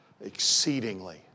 exceedingly